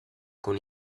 con